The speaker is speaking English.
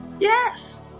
Yes